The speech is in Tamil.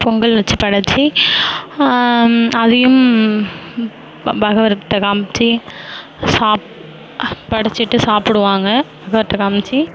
பொங்கல் வச்சுப் படைத்து அதையும் ப பகவர்ட்ட காமிச்சு சாப் படைத்துட்டு சாப்பிடுவாங்க பகவர்ட்ட காமிச்சு